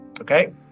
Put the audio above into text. okay